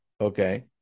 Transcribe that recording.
Okay